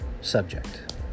subject